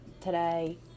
today